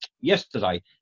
yesterday